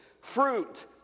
fruit